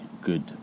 good